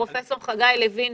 פרופ' חגי לוין,